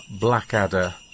Blackadder